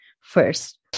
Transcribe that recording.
first